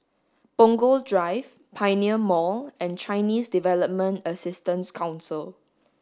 Punggol Drive Pioneer Mall and Chinese Development Assistance Council